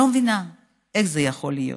אני לא מבינה איך זה יכול להיות.